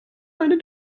meine